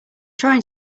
trying